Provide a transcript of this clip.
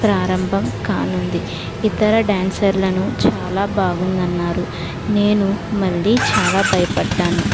ప్రారంభం కానుంది ఇతర డాన్సర్లను చాలా బాగుంది అన్నారు నేను మళ్ళీ చాలా భయపడ్డాను